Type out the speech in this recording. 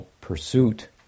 pursuit